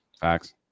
Facts